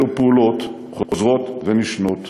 אלו פעולות חוזרות ונשנות